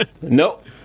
nope